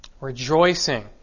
rejoicing